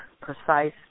precise